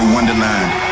Wonderland